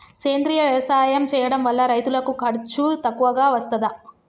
సేంద్రీయ వ్యవసాయం చేయడం వల్ల రైతులకు ఖర్చు తక్కువగా వస్తదా?